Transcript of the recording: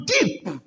deep